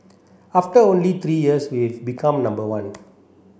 after only three years we've become number one